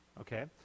Okay